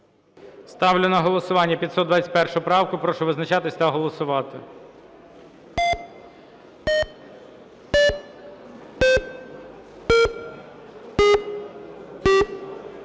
Ставлю на голосування 545 правку. Прошу визначатись та голосувати.